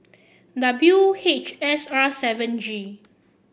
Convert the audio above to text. W H S R seven G